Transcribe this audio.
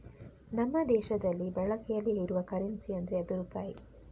ನಮ್ಮ ದೇಶದಲ್ಲಿ ಬಳಕೆಯಲ್ಲಿ ಇರುವ ಕರೆನ್ಸಿ ಅಂದ್ರೆ ಅದು ರೂಪಾಯಿ